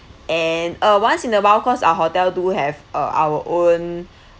and uh once in a while cause our hotel do have uh our own